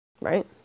right